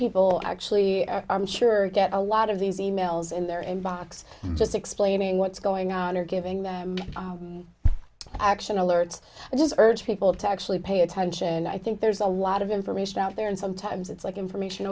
people actually i'm sure get a lot of these e mails in their inbox just explaining what's going on or giving them action alerts just urge people to actually pay attention i think there's a lot of information out there and sometimes it's like information